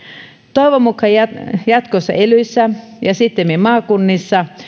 toivon mukaan jatkossa elyissä ja sittemmin maakunnissa